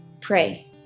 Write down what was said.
pray